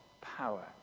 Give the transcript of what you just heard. power